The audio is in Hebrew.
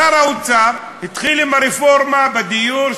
שר האוצר התחיל עם הרפורמה בדיור,